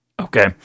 Okay